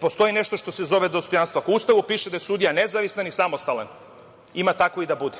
Postoji nešto što se zove dostojanstvo. Ako u Ustavu piše da je sudija nezavistan i samostalan, ima tako i da bude.